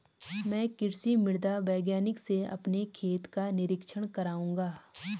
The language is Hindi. मैं कृषि मृदा वैज्ञानिक से अपने खेत का निरीक्षण कराऊंगा